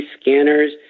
scanners